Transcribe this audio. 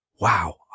wow